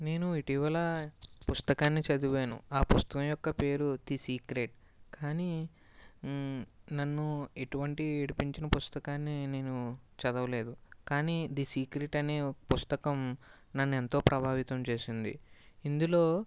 నేను ఇటీవల పుస్తకాన్ని చదివాను ఆ పుస్తకం యొక్క పేరు ది సీక్రెట్ కానీ నన్ను ఇటువంటి ఏడిపించిన పుస్తకాన్ని నేను చదవలేదు కానీ ది సీక్రెట్ అనే ఓ పుస్తకము నన్నెంతో ప్రభావితం చేసింది ఇందులో